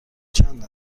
چند